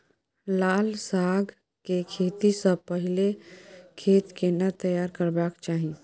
लाल साग के खेती स पहिले खेत केना तैयार करबा के चाही?